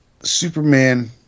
superman